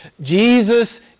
Jesus